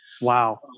Wow